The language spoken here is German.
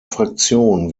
fraktion